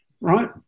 Right